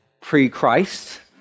pre-Christ